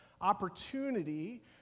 opportunity